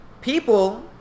People